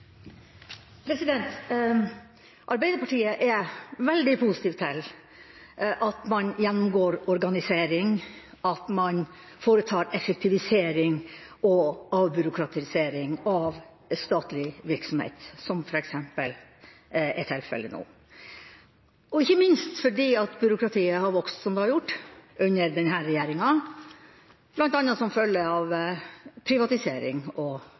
replikkordskifte. Arbeiderpartiet er veldig positiv til at man gjennomgår organisering, at man foretar effektivisering og avbyråkratisering av statlig virksomhet, som f.eks. er tilfellet nå, ikke minst fordi byråkratiet har vokst som det har gjort under denne regjeringa, bl.a. som følge av privatisering og